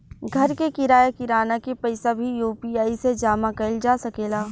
घर के किराया, किराना के पइसा भी यु.पी.आई से जामा कईल जा सकेला